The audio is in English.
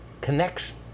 connection